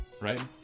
right